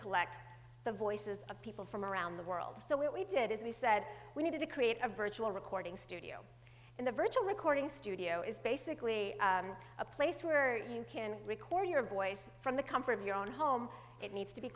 collect the voices of people from around the world so what we did is we said we needed to create a virtual recording studio and the virtual recording studio is basically a place where you can record your voice from the comfort of your own home it needs to be